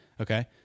Okay